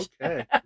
Okay